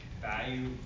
value